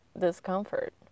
discomfort